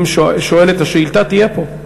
אם שואלת השאילתה תהיה פה.